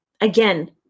again